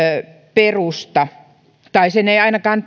perusta tai sen ei ainakaan